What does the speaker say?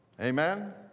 Amen